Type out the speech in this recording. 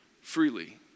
freely